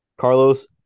Carlos